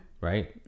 right